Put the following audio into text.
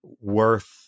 worth